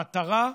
המטרה,